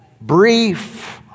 brief